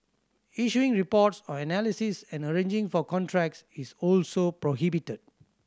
issuing reports or analysis and arranging for contracts is also prohibited